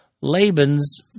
Laban's